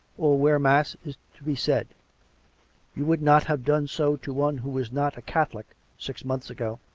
or where mass is to be said you would not have done so to one who was not a catholic, six months ago.